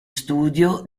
studio